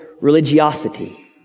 religiosity